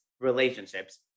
relationships